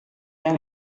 yang